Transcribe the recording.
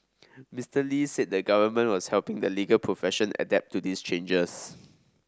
Mister Lee said the government was helping the legal profession adapt to these changes